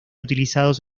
utilizados